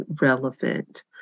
relevant